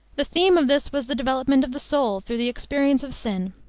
the theme of this was the development of the soul through the experience of sin.